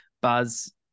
buzz